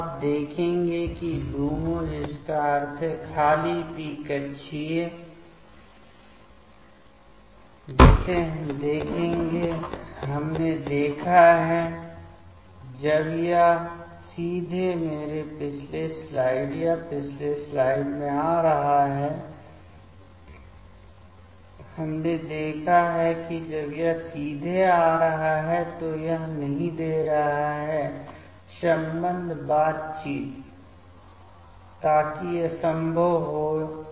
अब आप देखेंगे कि यह LUMO है जिसका अर्थ है खाली p कक्षीय जिसे हम देखेंगे हमने देखा है जब यह सीधे मेरी पिछली स्लाइड या पिछली स्लाइड में आ रहा है हमने देखा है कि जब यह सीधे आ रहा है तो यह नहीं दे रहा है संबंध बातचीत ताकि असंभव हो जाए